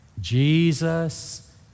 Jesus